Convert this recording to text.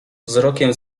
wzrokiem